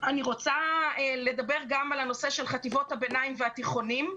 אני רוצה לדבר גם על הנושא של חטיבות הביניים והתיכוניים.